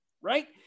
right